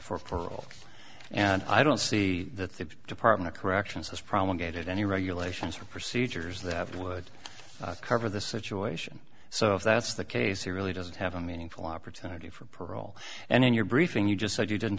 parole and i don't see that the department of corrections this problem gated any regulations or procedures they have would cover the situation so if that's the case he really doesn't have a meaningful opportunity for parole and in your briefing you just said you didn't